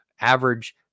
average